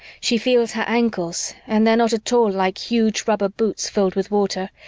she feels her ankles and they're not at all like huge rubber boots filled with water.